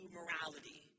morality